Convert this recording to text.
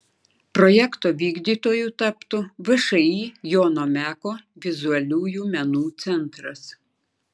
projekto vykdytoju taptų všį jono meko vizualiųjų menų centras